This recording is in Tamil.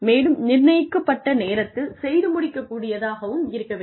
மேலும் நிர்ணயிக்கப்பட்ட நேரத்தில் செய்து முடிக்கக் கூடியதாகவும் இருக்க வேண்டும்